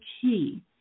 key